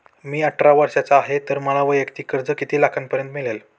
मी अठरा वर्षांचा आहे तर मला वैयक्तिक कर्ज किती लाखांपर्यंत मिळेल?